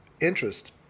interest